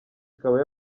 ikaba